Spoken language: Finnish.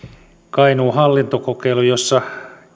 kainuun hallintokokeilu jossa